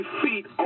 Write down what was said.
feet